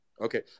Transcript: Okay